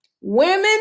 women